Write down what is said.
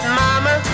mama